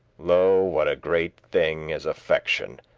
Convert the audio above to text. lo, what a great thing is affection!